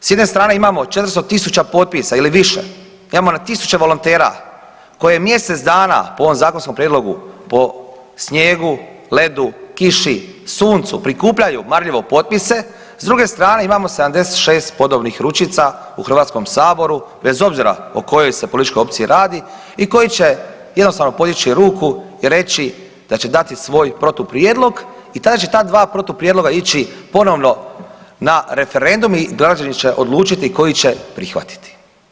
S jedne strane imamo 400 tisuća potpisa ili više, imamo na tisuće volontera koje mjesec dana po ovom zakonskom prijedlogu po snijegu, ledu, kiši, suncu, prikupljaju marljivo potpise, s druge strane imamo 76 podobnih ručica u HS-u bez obzira o kojoj se političkoj opciji radi i koji će jednostavno podići ruku i reći da će dati svoj protuprijedlog i tada će ta dva protuprijedloga ići ponovno na referendum i građani će odlučiti koji će prihvatiti.